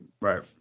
right